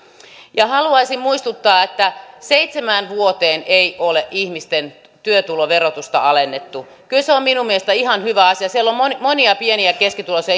haluaisin muistuttaa että seitsemään vuoteen ei ole ihmisten työtuloverotusta alennettu kyllä se on minun mielestäni ihan hyvä asia on monia monia pieni ja keskituloisia